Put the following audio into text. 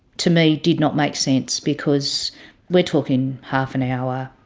to me did not make sense, because we're talking half an hour,